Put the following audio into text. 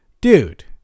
Dude